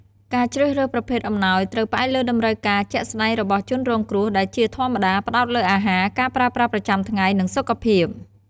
ការជ្រើសរើសប្រភេទអំណោយត្រូវផ្អែកលើតម្រូវការជាក់ស្តែងរបស់ជនរងគ្រោះ ដែលជាធម្មតាផ្តោតលើអាហារ ការប្រើប្រាស់ប្រចាំថ្ងៃ និងសុខភាព។